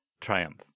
triumph